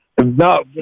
No